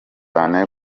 cyane